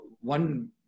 one